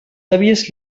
àvies